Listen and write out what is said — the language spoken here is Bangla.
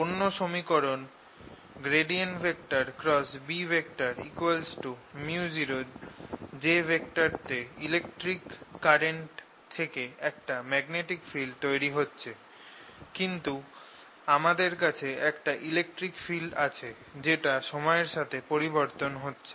অন্য সমীকরণ Bµoj তে ইলেকট্রিক কারেন্ট থেকে একটা ম্যাগনেটিক ফিল্ড তৈরি হচ্ছে কিন্তু আমাদের কাছে একটা ইলেকট্রিক ফিল্ড আছে যেটা সময়ের সাথে পরিবর্তন হচ্ছে